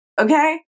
Okay